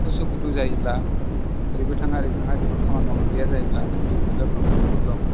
उसु खुथु जायोब्ला एरैबो थाङा एरैबो थाङा जेबो खामानि मावनो गैया जायोब्ला नोङो बि बिबार बारिखौनो फुलाव